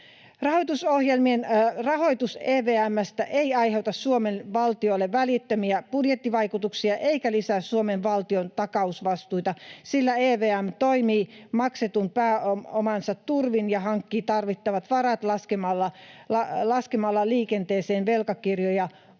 rahoitus EVM:stä ei aiheuta Suomen valtiolle välittömiä budjettivaikutuksia eikä lisää Suomen valtion takausvastuita, sillä EVM toimii maksetun pääomansa turvin ja hankkii tarvittavat varat laskemalla liikenteeseen velkakirjoja.